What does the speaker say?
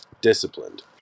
disciplined